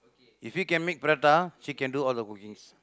if he can make the prata she can do all the cookings